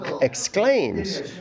exclaims